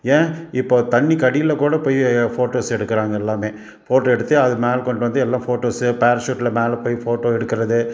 ஏன் இப்போ தண்ணிக்கு அடியில் கூட போய் ஃபோட்டோஸ் எடுக்கிறாங்க எல்லாமே ஃபோட்டோ எடுத்து அது மேலே கொண்டுட்டு வந்து எல்லாம் ஃபோட்டோஸு பேரசூட்டில் மேலே போய் ஃபோட்டோ எடுக்கிறது